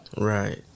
Right